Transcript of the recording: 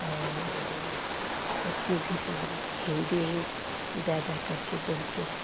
और बच्चे भी हमारे हिन्दी ही ज़्यादा करके बोलते हैं